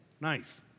Nice